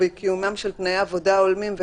ובקיומם של תנאי עבודה הולמים.